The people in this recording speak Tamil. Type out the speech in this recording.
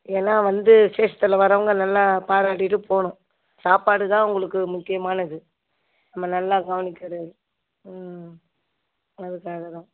ஏன்னா வந்து விசேஷத்தில் வர்றவங்க நல்லா பாராட்டிவிட்டு போகணும் சாப்பாடு தான் உங்களுக்கு முக்கியமானது நம்ம நல்லா கவனிக்கிறது ம் அதுக்காக தான்